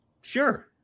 Sure